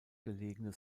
gelegene